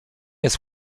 jest